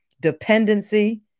dependency